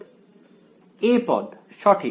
a পদ সঠিক